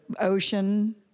ocean